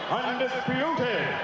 undisputed